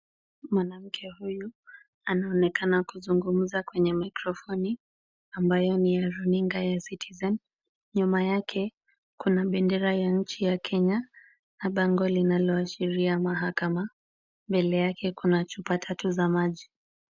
Mwanamke huyu anaonekana kuzungumza kwenye mikrofoni ambayo ni ya runinga ya Citizen, nyuma yake kuna bendera ya nchi ya Kenya na bango linaloashiria mahakama. Mbele yake kuna chupa tatu za maji.